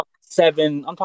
seven